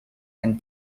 and